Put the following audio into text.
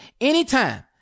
anytime